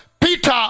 Peter